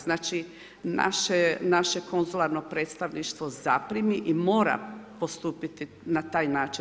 Znači naše konzularno predstavništvo zaprimi i mora postupiti na taj način.